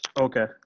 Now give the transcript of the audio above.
Okay